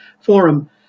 Forum